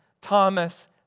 Thomas